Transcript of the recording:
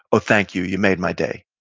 oh, thank you. you made my day.